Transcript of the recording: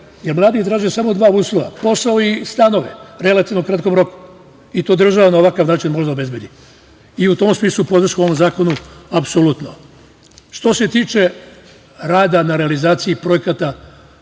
jer mladi traže samo dva uslova – posao i stanove u relativno kratkom roku. To država na ovakav način može da obezbedi. I u tom smislu podrška ovom zakonu apsolutno. Što se tiče rada na realizaciji projekata